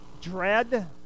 dread